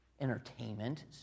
entertainment